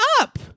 up